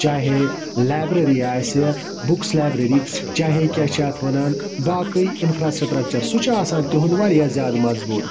چاہے لٮ۪برٕری آسہِ books library چاہے کیٛاہ چھِ اَتھ وَنان باقٕے اِنفراسِٹرَکچَر سُہ چھِ آسان تِہُنٛد واریاہ زیادٕ مضبوٗط